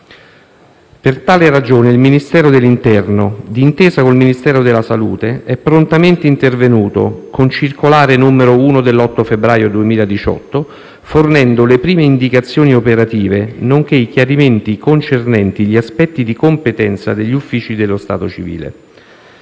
Per tale ragione il Ministero dell'interno, di intesa con il Ministero della salute, è prontamente intervenuto, con circolare n. 1 dell'8 febbraio 2018, fornendo le prime indicazioni operative nonché i chiarimenti concernenti gli aspetti di competenza degli uffici dello stato civile.